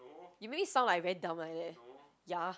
you make me sound like I very dumb like that ya